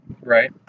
Right